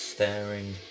Staring